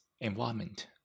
environment